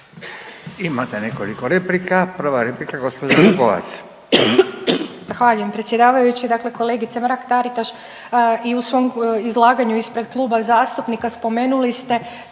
Imate nekoliko replika, prva replika gospođa Vukovac. **Vukovac, Ružica (Nezavisni)** Zahvaljujem predsjedavajući. Dakle, kolegice Mrak Taritaš i u svom izlaganju ispred kluba zastupnika spomenuli ste